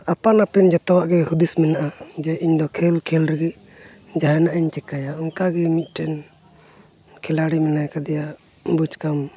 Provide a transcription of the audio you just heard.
ᱟᱯᱟᱱ ᱟᱹᱯᱤᱱ ᱡᱚᱛᱚᱣᱟᱜ ᱜᱮ ᱦᱩᱫᱤᱥ ᱢᱮᱱᱟᱜᱼᱟ ᱡᱮ ᱤᱧ ᱫᱚ ᱠᱷᱮᱞ ᱠᱷᱮᱞ ᱞᱟᱹᱜᱤᱫ ᱡᱟᱦᱟᱱ ᱤᱧ ᱪᱤᱠᱟᱹᱭᱟ ᱚᱱᱠᱟᱜᱮ ᱢᱤᱫᱴᱟᱝ ᱠᱷᱮᱞᱟᱲᱤ ᱢᱮᱱᱟᱭ ᱠᱟᱫᱮᱭᱟ ᱵᱩᱡᱽᱠᱟᱢ